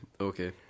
Okay